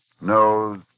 knows